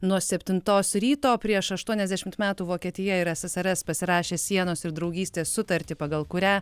nuo septintos ryto prieš aštuoniasdešimt metų vokietija ir ssrs pasirašė sienos ir draugystės sutartį pagal kurią